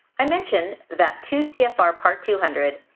i mentioned that two cfr, part two hundred,